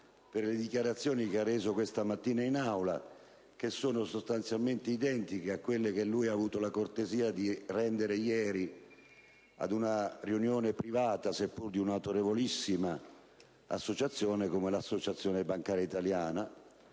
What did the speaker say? per le dichiarazioni che ha reso questa mattina in Aula, che sono sostanzialmente identiche a quelle che lui ha avuto la cortesia di rendere ieri ad una riunione privata, seppure di un'autorevolissima associazione come l'Associazione bancaria italiana;